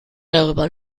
darüber